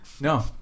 No